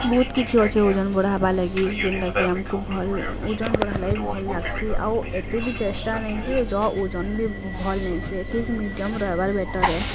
ବହୁତ୍ କିଛି ଅଛେ ଓଜନ୍ ବଢ଼ାବା ଲାଗି ଯେନ୍ଟାକି ଆମକୁ ଭଲ୍ ଓଜନ୍ ବଢ଼ାବା ଲାଗି ଭଲ୍ ଲାଗ୍ସି ଆଉ ଏତେ ବି ଚେଷ୍ଟା ନାଇକି ଯଅ ଓଜନ୍ ବି ଭଲ୍ ନାଇସେ ଠିକ୍ ମିଡ଼ିୟମ୍ ରହେବାର୍ ବେଟର୍ ଏ